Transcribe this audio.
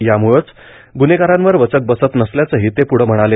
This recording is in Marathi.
यामुळेच ग्न्हेगारांवर वचक बसत नसल्याचंही ते प्ढं म्हणाले